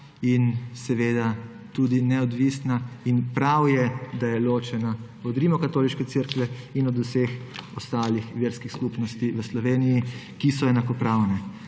in seveda tudi neodvisna in prav je, da je ločena od Rimokatoliške cerkve in od vseh ostalih verskih skupnosti v Sloveniji, ki so enakopravne.